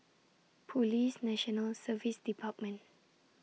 Police National Service department